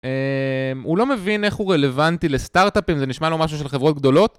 הוא לא מבין איך הוא רלוונטי לסטארט-אפים, זה נשמע לו משהו של חברות גדולות.